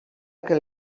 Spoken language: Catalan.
que